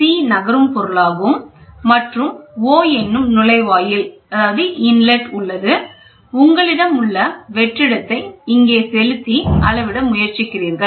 C நகரும் பொருளாகும் மற்றும் இங்கே O என்னும் நுழைவாயில் உள்ளது உங்களிடம் உள்ள வெற்றிடத்தை இங்கே செலுத்தி அளவிட முயற்சிக்கிறீர்கள்